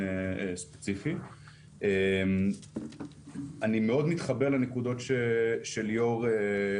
אני מאוד מתחבר לנקודות שליאור פרנקל העלה לגבי גודל החברות.